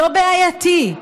לא בעייתי,